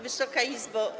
Wysoka Izbo!